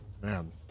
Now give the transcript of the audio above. man